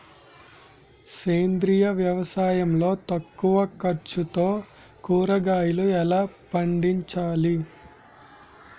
సేంద్రీయ వ్యవసాయం లో తక్కువ ఖర్చుతో కూరగాయలు ఎలా పండించాలి?